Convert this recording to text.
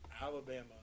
Alabama